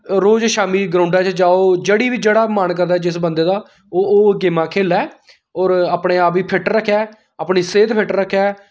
रोज शाम्मी ग्राउंडै च जाओ जेह्ड़ी बी जेह्ड़ा मन करदा जिस बंदे दा ओह् ओह् गेमां खेल्लै होऱ अपने आप गी फिट्ट रक्खे अपनी सेह्त फिट्ट रक्खो